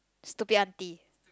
stupid auntie